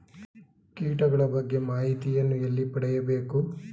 ಕೀಟಗಳ ಬಗ್ಗೆ ಮಾಹಿತಿಯನ್ನು ಎಲ್ಲಿ ಪಡೆಯಬೇಕು?